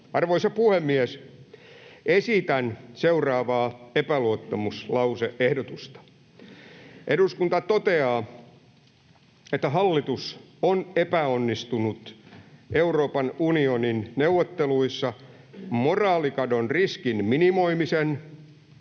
Arvoisa puhemies! Esitän seuraavaa epäluottamuslause-ehdotusta: ”Eduskunta toteaa, että hallitus on epäonnistunut Euroopan unionin neuvotteluissa moraalikadon riskin minimoimisen,